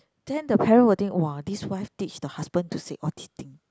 then the parent will think [wah] this wife teach the husband to said all this thing